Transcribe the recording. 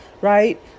right